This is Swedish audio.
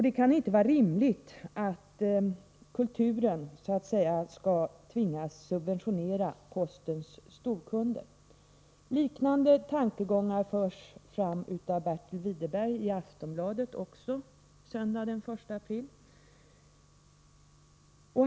Det kan inte vara rimligt att kulturen så att säga skall tvingas subventionera postens storkunder. Liknande tankegångar förs fram av Bertil R. Widerberg i Aftonbladet söndagen den 1 april.